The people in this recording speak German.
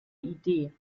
idee